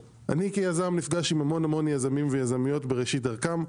כיזם אני נפגש עם המון המון יזמים ויזמיות בראשית דרכם.